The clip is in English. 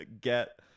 get